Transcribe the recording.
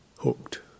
Hooked